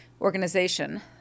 organization